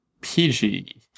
PG